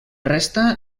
resta